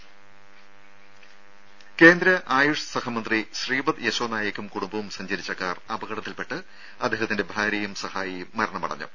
ദേദ കേന്ദ്ര ആയുഷ് സഹമന്ത്രി ശ്രീപദ് യശോനായിക്കും കുടുംബവും സഞ്ചരിച്ച കാർ അപകടത്തിൽപ്പെട്ട് അദ്ദേഹത്തിന്റെ ഭാര്യയും സഹായിയും മരണമടഞ്ഞു